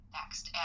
next